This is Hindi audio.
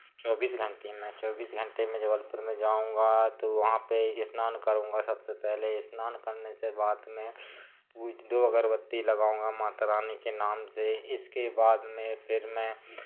चौबीस घंटे में चौबीस घंटे में जबलपुर में जाऊंगा तो वहाँ पे स्नान करूंगा सबसे पहले स्नान करने से बाद में दो अगरबत्ती लगाऊँगा मातारानी के नाम से इसके बाद मैं फिर मैं